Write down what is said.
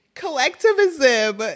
collectivism